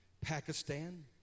Pakistan